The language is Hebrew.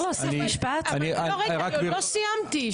עוד לא סיימתי.